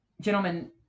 gentlemen